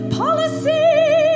policy